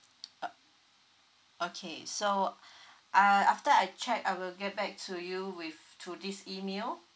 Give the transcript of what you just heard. uh okay so uh after I check I will get back to you with to this email